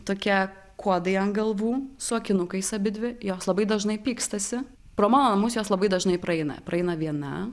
tokie kuodai ant galvų su akinukais abidvi jos labai dažnai pykstasi pro mano namus jos labai dažnai praeina praeina viena